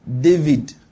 David